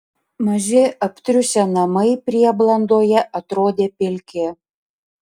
maži aptriušę namai prieblandoje atrodė pilki